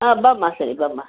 ಹಾಂ ಬಾಮ್ಮ ಸರಿ ಬಾಮ್ಮ